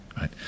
right